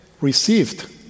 received